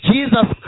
Jesus